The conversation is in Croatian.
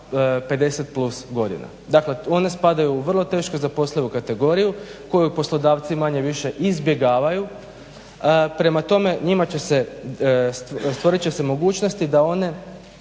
50+ godina, dakle one spadaju u vrlo teško zaposlivu kategoriju koju poslodavci manje-više izbjegavaju. Prema tome, stvorit će se mogućnosti da one